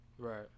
Right